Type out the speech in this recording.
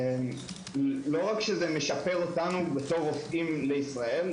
לא רק שזה משפר אותנו בתור רופאים בישראל,